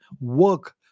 Work